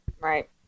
Right